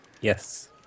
Yes